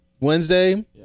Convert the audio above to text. Wednesday